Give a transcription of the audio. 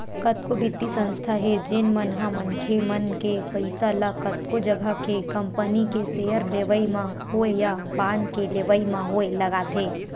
कतको बित्तीय संस्था हे जेन मन ह मनखे मन के पइसा ल कतको जघा के कंपनी के सेयर लेवई म होय या बांड के लेवई म होय लगाथे